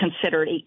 considered